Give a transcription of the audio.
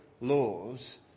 laws